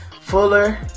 Fuller